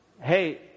hey